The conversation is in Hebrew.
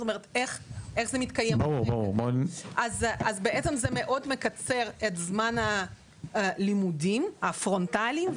זה מקצר מאוד את זמן הלימודים הפרונטליים.